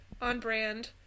on-brand